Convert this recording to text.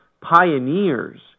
pioneers